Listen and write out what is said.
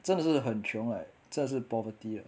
真的是很穷 like 真的是 poverty leh